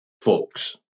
folks